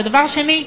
ודבר שני,